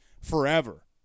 forever